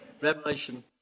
Revelation